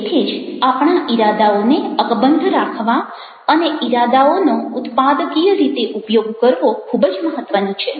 તેથી જ આપણા ઈરાદાઓને અકબંધ રાખવા અને ઈરાદાઓનો ઉત્પાદકીય રીતે ઉપયોગ કરવો ખૂબ જ મહત્વનું છે